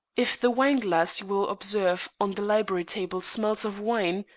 if the wineglass you will observe on the library table smells of wine,